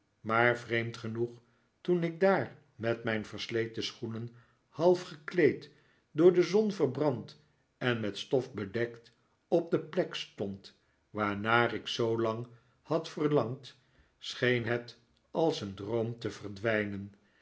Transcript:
maar vreemd genoeg toen ik daar met mijn versleten schoenen half gekleed door de zon verbrand en met stof bedekt op de plek stond waarnaar ik zoolang had verlangd scheen het als een droom te verdwijnen